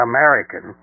American